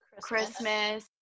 Christmas